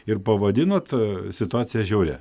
ir pavadinot situaciją žiauria